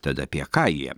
tad apie ką jie